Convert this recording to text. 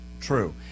true